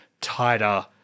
tighter